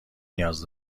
نیاز